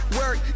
work